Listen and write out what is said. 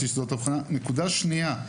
נקודה שנייה,